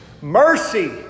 Mercy